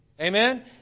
Amen